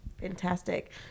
fantastic